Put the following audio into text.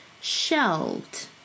shelved